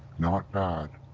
not bad,